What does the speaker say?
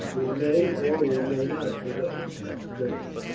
we may or we may not, boduoc said curtly.